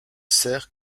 sert